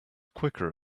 quicker